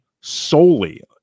solely